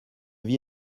vis